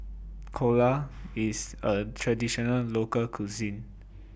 IS A Traditional Local Cuisine